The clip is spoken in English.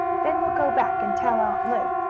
then we'll go back and tell aunt lu.